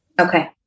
Okay